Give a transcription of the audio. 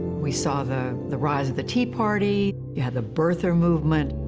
we saw the, the rise of the tea party, you had the birther movement.